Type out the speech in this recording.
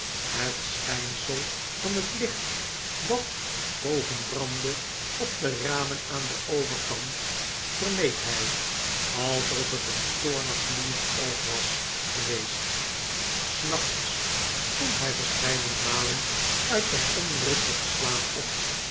het schijnsel van net licht dat boven brandde op de ramen aan den overkant vermeed hij alsof het een toornig gloeiend oog was geweest s nachts stond hij verscheidene malen uit zijn onrustigen slaap op